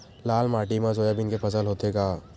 लाल माटी मा सोयाबीन के फसल होथे का?